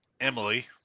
Emily